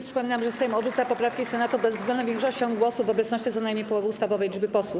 Przypominam, że Sejm odrzuca poprawki Senatu bezwzględną większością głosów w obecności co najmniej połowy ustawowej liczby posłów.